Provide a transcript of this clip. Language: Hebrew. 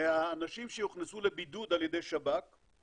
מהאנשים שהוכנסו לבידוד על ידי שב"כ,